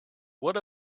what